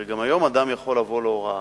הרי גם היום אדם יכול לבוא להוראה,